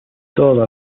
toda